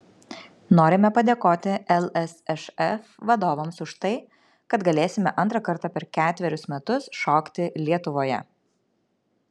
norime padėkoti lsšf vadovams už tai kad galėsime antrą kartą per ketverius metus šokti lietuvoje